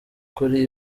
kuri